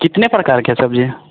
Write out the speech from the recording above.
कितनी प्रकार की सब्ज़ी